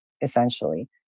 essentially